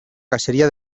caseria